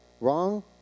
wrong